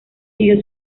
siguió